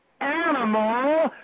Animal